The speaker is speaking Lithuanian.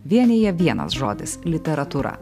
vienija vienas žodis literatūra